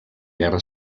guerra